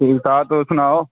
ठीक ठाक तुस सनाओ